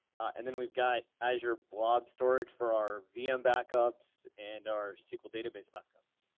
and then we've got azure blog storage for our vm backups and our sql database backup.